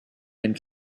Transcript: and